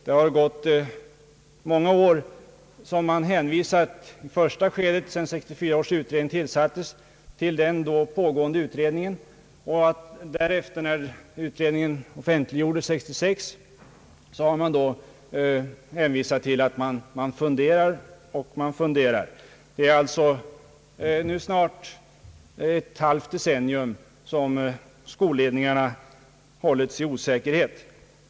Det har gått många år, under vilka man först hänvisat till 1964 års utred ning och därefter, sedan utredningens betänkande offentliggjordes 1966, till att man funderar och funderar. Det är alltså nu snart ett halvt decennium som skolledningarna hållits i osäkerhet.